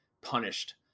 punished